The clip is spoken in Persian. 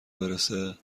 برسه